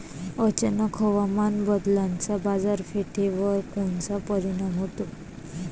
अचानक हवामान बदलाचा बाजारपेठेवर कोनचा परिणाम होतो?